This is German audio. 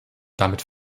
damit